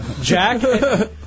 Jack